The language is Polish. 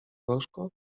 gorzko